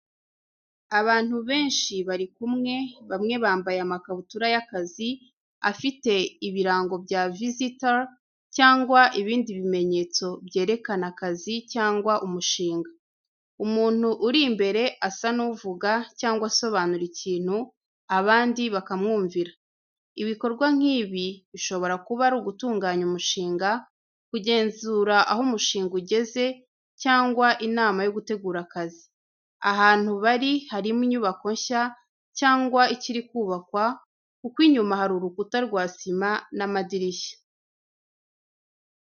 Abantu benshi bari kumwe, bamwe bambaye amakabutura y’akazi afite ibirango bya visitor cyangwa ibindi bimenyetso byerekana akazi cyangwa umushinga. Umuntu uri imbere asa n’uvuga cyangwa asobanura ikintu, abandi bakamwumvira. Ibikorwa nk’ibi bishobora kuba ari ugutunganya umushinga, kugenzura aho umushinga ugeze cyangwa inama yo gutegura akazi. Ahantu bari harimo inyubako nshya cyangwa ikiri kubakwa, kuko inyuma hari urukuta rwa sima n’amadirishya.